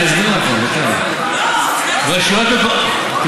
אני אסביר לכם: רשויות מקומיות רבות,